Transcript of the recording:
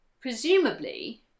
Presumably